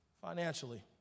financially